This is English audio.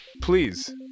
please